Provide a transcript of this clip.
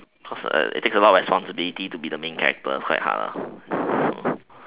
because it takes a lot of responsibility to be the main character it's quite hard so